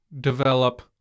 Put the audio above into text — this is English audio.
develop